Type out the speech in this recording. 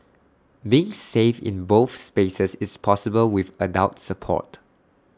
being safe in both spaces is possible with adult support